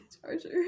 charger